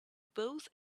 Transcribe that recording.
both